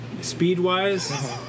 Speed-wise